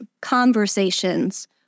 conversations